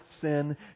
sin